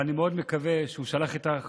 אבל אני מאוד מקווה שהוא שלח איתך